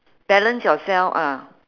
balance yourself ah